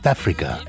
Africa